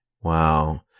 Wow